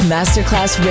Masterclass